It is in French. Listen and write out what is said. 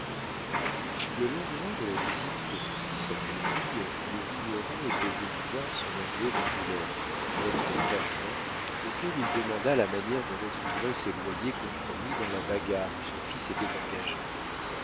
le lendemain de la visite que lui fit sa belle-fille le vigneron était venu voir son avoué d'angoulême maître cachan auquel il demanda la manière de recouvrer ses loyers compromis dans la bagarre où son fils était engagé